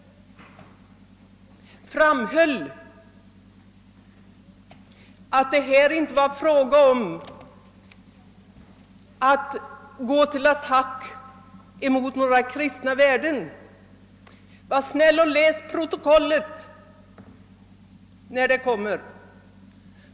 De framhöll att det här inte var fråga om att gå till attack mot några kristna värden. Var snäll och läs protokollet när det kommer!